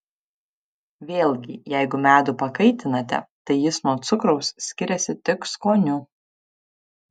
vėlgi jeigu medų pakaitinate tai jis nuo cukraus skiriasi tik skoniu